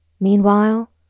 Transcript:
Meanwhile